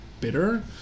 bitter